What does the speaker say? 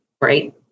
right